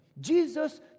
Jesus